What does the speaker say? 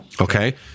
okay